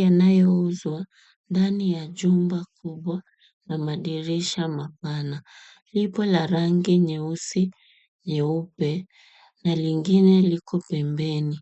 Yanayo uzwa ndani ya jumba kubwa na madirisha mapana. Lipo la rangi nyeusi, nyeupe na lingine lipo pembeni.